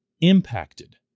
impacted